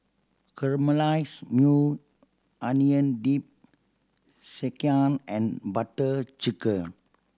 Caramelize Maui Onion Dip Sekihan and Butter Chicken